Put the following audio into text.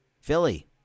Philly